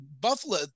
Buffalo